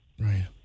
Right